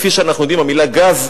כפי שאנחנו יודעים, המלה "גז"